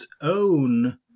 own